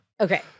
Okay